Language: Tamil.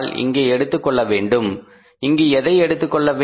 இங்கே எடுத்துக் கொள்ள வேண்டும் இங்கு எதை எடுத்துக் கொள்ள வேண்டும்